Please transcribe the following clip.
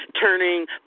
turning